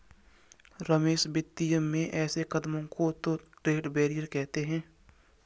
रमेश वित्तीय में ऐसे कदमों को तो ट्रेड बैरियर कहते हैं